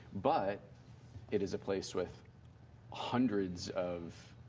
but it is a place with hundreds of